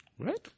Right